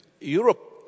Europe